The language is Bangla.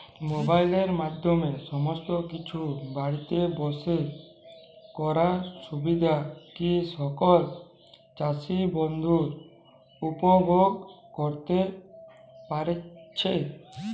মোবাইলের মাধ্যমে সমস্ত কিছু বাড়িতে বসে করার সুবিধা কি সকল চাষী বন্ধু উপভোগ করতে পারছে?